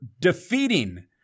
defeating